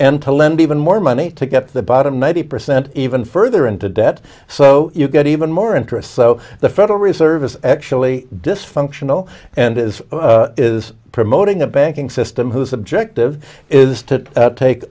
and to lend even more money to get the bottom ninety percent even further into debt so you get even more interest so the federal reserve is actually dysfunctional and is is promoting a banking system whose objective is to take